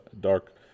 dark